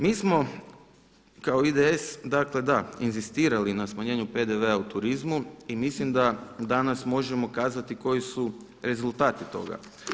Mi smo kao IDS dakle da inzistirali na smanjenju PDV-a u turizmu i mislim da danas možemo kazati koji su rezultati toga.